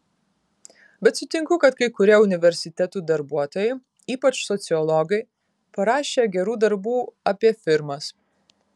bet sutinku kad kai kurie universitetų darbuotojai ypač sociologai parašė gerų darbų apie firmas